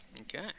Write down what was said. Okay